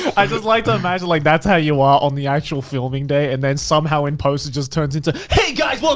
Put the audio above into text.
i just like to imagine like, that's how you are on the actual filming day. and then somehow in post, it just turns into, hey guys,